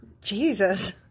Jesus